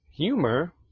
humor